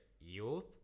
youth